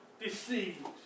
deceived